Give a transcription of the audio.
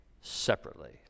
separately